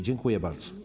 Dziękuję bardzo.